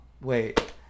Wait